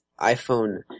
iPhone